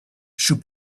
should